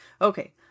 Okay